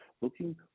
looking